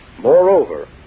Moreover